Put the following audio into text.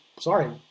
sorry